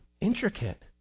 intricate